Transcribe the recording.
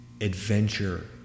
adventure